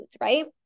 right